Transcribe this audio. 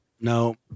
no